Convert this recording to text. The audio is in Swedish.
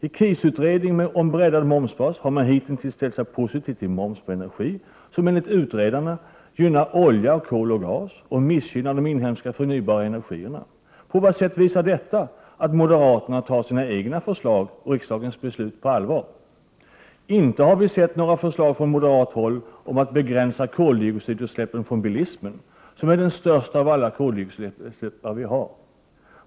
I krisutredningen om en breddad momsbas har man hitintills ställt sig positiv till moms på energi, vilket enligt utredarna gynnar olja, kol och gas och missgynnar de inhemska förnybara energikällorna. På vilket sätt visar detta att moderaterna tar sina egna förslag och riksdagens beslut på allvar? Vi har inte sett några förslag från moderat håll om att begränsa koldioxidutsläppen från bilismen, som ju står för de största koldioxidutsläppen.